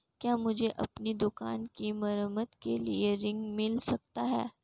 क्या मुझे अपनी दुकान की मरम्मत के लिए ऋण मिल सकता है?